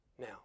Now